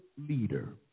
leader